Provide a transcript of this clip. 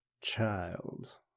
child